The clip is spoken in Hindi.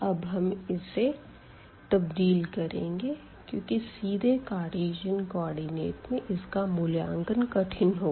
अब हम इसे तब्दील करेंगे क्योंकि सीधे कार्टीजन कोऑर्डिनेट में इसका मूल्यांकन कठिन होगा